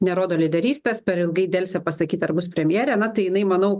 nerodo lyderystės per ilgai delsia pasakyt ar bus premjerė na tai jinai manau